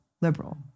liberal